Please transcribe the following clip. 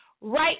right